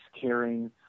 caring